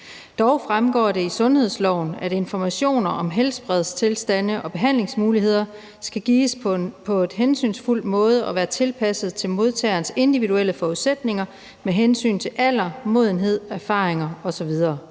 Dog fremgår det af sundhedsloven, at informationer om helbredstilstande og behandlingsmuligheder skal gives på en hensynsfuld måde og være tilpasset til modtagerens individuelle forudsætninger med hensyn til alder, modenhed, erfaringer osv.